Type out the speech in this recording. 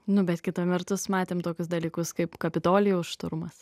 nu bet kita vertus matėm tokius dalykus kaip kapitolijaus šturmas